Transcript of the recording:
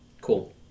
Cool